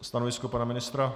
Stanovisko pana ministra?